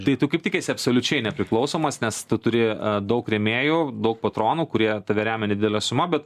tai tu kaip tik esi absoliučiai nepriklausomas nes tu turi daug rėmėjų daug patronų kurie tave remia nedidele suma bet